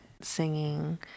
singing